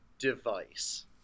device